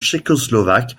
tchécoslovaque